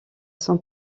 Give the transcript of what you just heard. son